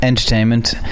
Entertainment